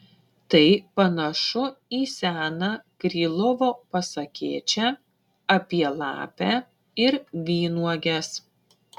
tai panašu į seną krylovo pasakėčią apie lapę ir vynuoges